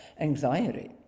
anxiety